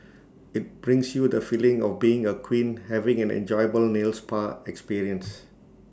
IT brings you the feeling of being A queen having an enjoyable nail spa experience